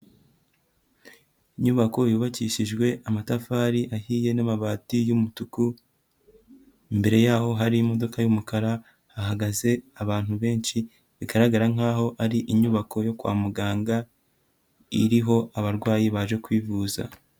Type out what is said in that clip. Inyubako yubakishijwe amatafari ahiye n'amabati y'umutuku, imbere yaho hari imodoka y'umukara, hahagaze abantu benshi bigaragara nkaho ari inyubako yo kwa muganga iriho abarwayi baje kwivuza.